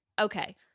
Okay